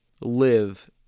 live